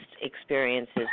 experiences